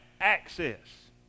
access